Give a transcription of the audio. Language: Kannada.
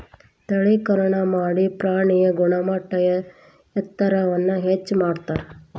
ತಳೇಕರಣಾ ಮಾಡಿ ಪ್ರಾಣಿಯ ಗುಣಮಟ್ಟ ಎತ್ತರವನ್ನ ಹೆಚ್ಚ ಮಾಡತಾರ